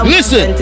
Listen